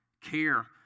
Care